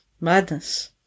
Madness